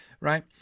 right